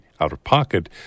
out-of-pocket